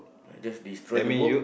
just destroy the book